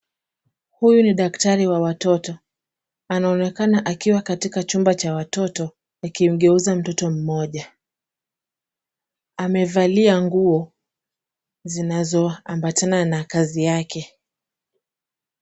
Huyu ni daktari wa watoto, anaonekana akiwa katika chumba cha watoto akimgeuza mtoto mmoja. Amevalia nguo zinazoambatana na kazi yake.